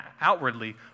outwardly